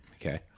Okay